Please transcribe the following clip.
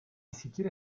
siquiera